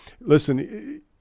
Listen